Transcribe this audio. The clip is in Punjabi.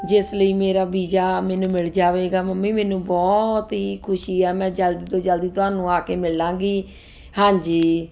ਜਿਸ ਲਈ ਮੇਰਾ ਵੀਜਾ ਮੈਨੂੰ ਮਿਲ ਜਾਵੇਗਾ ਮੰਮੀ ਮੈਨੂੰ ਬਹੁਤ ਹੀ ਖੁਸ਼ੀ ਆ ਮੈਂ ਜਲਦੀ ਤੋਂ ਜਲਦੀ ਤੁਹਾਨੂੰ ਆ ਕੇ ਮਿਲਾਂਗੀ ਹਾਂਜੀ